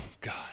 God